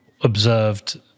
observed